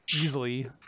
easily